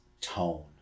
tone